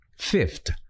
Fifth